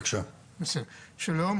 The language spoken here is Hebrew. שלום,